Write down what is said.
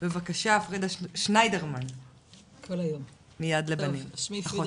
בבקשה פרידה שניידרמן מיד לבנים, אחות